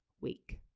week